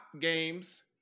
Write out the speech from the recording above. games